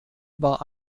war